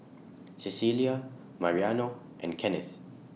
Cecelia Mariano and Kennith